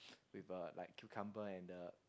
with a like cucumber and the